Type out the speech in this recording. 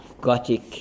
Gothic